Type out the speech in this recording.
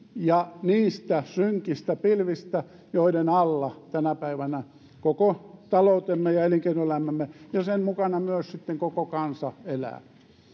ja niistä synkistä pilvistä joiden alla tänä päivänä koko taloutemme ja elinkeinoelämämme ja sen mukana myös sitten koko kansa elää